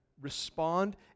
respond